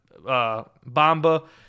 Bamba